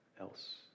else